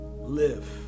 live